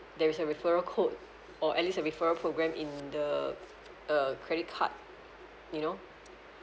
there is a referral code or at least a referral program in the uh credit card you know